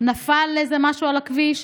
נפל איזה משהו על הכביש,